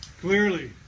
Clearly